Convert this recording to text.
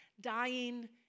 dying